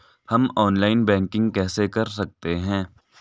हम online banking कैसे कर सकते हैं?